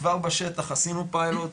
כבר בשטח עשינו פיילוט,